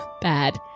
bad